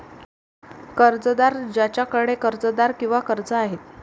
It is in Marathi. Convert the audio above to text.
कर्जदार ज्याच्याकडे कर्जदार किंवा कर्ज आहे